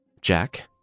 Jack